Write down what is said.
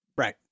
Right